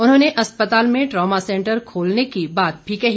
उन्होंने अस्पताल में ट्रामा सेंटर खोलने की बात भी कही